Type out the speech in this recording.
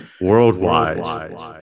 worldwide